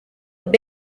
bale